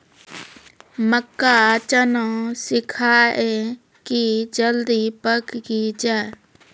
मक्का चना सिखाइए कि जल्दी पक की जय?